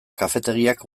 kafetegiak